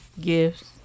gifts